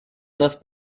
нас